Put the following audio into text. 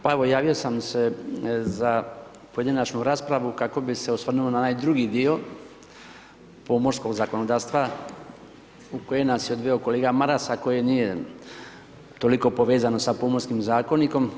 Pa evo javio sam se za pojedinačnu raspravu kako bi se osvrnuo na onaj drugi dio pomorskog zakonodavstva u koji nas je odveo kolega Maras, a koji nije toliko povezano sa Pomorskim zakonikom.